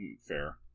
Fair